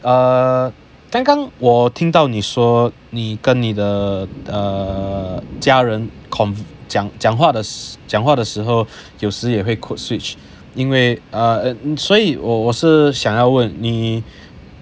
err 刚刚我听到你说你跟你的 err 家人 com~ 讲讲话的讲话的时候有时也会 code switch 因为 err 所以我是想要问你